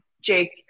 Jake